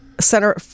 center